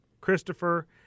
Christopher